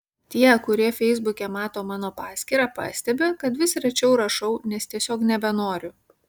tie kurie feisbuke mato mano paskyrą pastebi kad vis rečiau rašau nes tiesiog nebenoriu